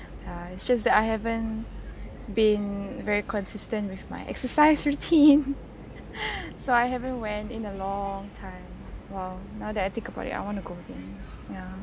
ya it's just that I haven't been very consistent with my exercise routine so I haven't went in a long time !wow! now that I think about it I want to go again ya